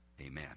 Amen